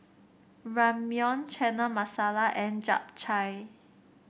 Ramyeon Chana Masala and Japchae